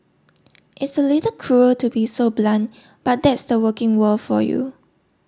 it's a little cruel to be so blunt but that's the working world for you